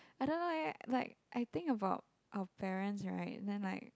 I don't know eh like I think about our parents right then like